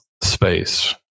space